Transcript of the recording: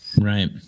Right